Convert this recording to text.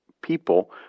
people